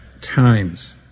times